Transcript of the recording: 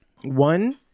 one